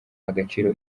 agaciro